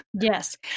Yes